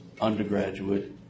undergraduate